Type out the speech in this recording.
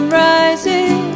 rising